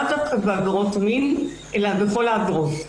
לאו דווקא בעבירות מין אלא בכל העבירות.